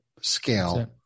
scale